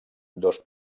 dos